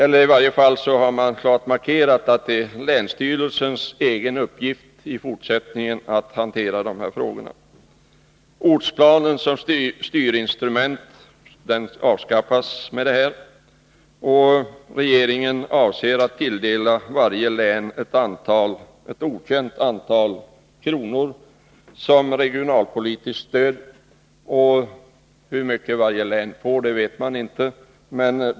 I varje fall har man klart markerat att det i fortsättningen är länsstyrelsens egen uppgift att hantera dessa frågor. Därmed avskaffas ortsplanen som styrinstrument. Regeringen avser att tilldela varje län ett okänt antal kronor som regionalpolitiskt stöd, men hur mycket de enskilda länen skall få är inte klart.